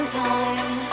time